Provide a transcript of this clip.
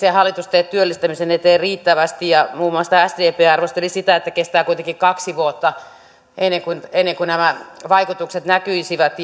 tee työllistämisen eteen riittävästi muun muassa sdp arvosteli sitä että kestää kuitenkin kaksi vuotta ennen kuin nämä vaikutukset näkyisivät